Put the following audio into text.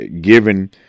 Given